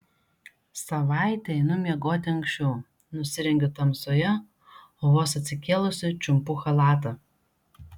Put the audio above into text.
savaitę einu miegoti anksčiau nusirengiu tamsoje o vos atsikėlusi čiumpu chalatą